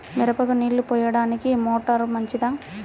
మిరపకు నీళ్ళు పోయడానికి మోటారు మంచిదా?